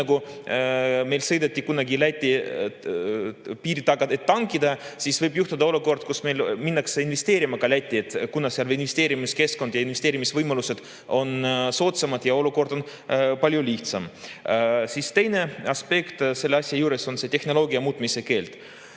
nagu meil kunagi sõideti Läti piiri taha, et tankida. Võib juhtuda olukord, kus minnakse ka investeerima Lätti, kuna seal on investeerimiskeskkond ja investeerimisvõimalused soodsamad ja olukord on palju lihtsam. Teine aspekt selle asja juures on see tehnoloogia muutmise keeld.